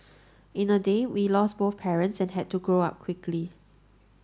in a day we lost both parents and had to grow up quickly